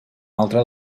altra